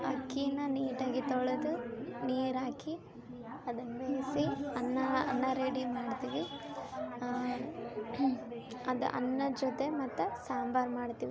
ಅಕ್ಕಿನ ನೀಟಾಗಿ ತೊಳೆದು ನೀರು ಹಾಕಿ ಅದನ್ನ ಬೇಯಿಸಿ ಅನ್ನ ಅನ್ನ ರೆಡಿ ಮಾಡ್ತೀವಿ ಅದು ಅನ್ನದ ಜೊತೆ ಮತ್ತು ಸಾಂಬಾರು ಮಾಡ್ತೀವಿ